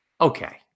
okay